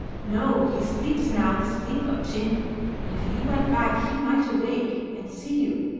no, he sleeps now the sleep of gin and if you went back he might awake and see you.